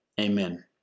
Amen